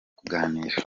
kuganira